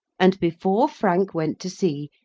and before frank went to sea,